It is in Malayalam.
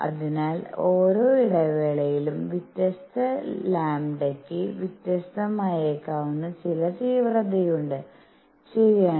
അതിനാൽ ഓരോ ഇടവേളയിലും വ്യത്യസ്ത λ യ്ക്ക് വ്യത്യസ്തമായേക്കാവുന്ന ചില തീവ്രതയുണ്ട് ശരിയാണ്